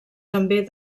també